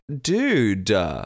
dude